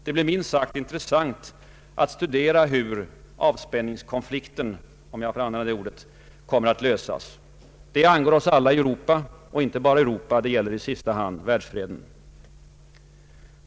Det blir minst sagt intressant att studera hur ”avspänningskonflikten” — om jag får använda ett sådant ord — löses. Det angår oss alla i Europa och inte bara Europa. Det gäller i sista hand världsfreden.